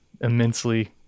immensely